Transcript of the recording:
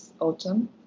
Autumn